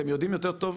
אתם יודעים יותר טוב.